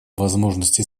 возможности